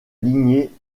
lignée